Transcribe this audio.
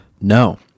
No